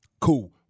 Cool